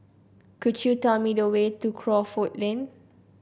could you tell me the way to Crawford Lane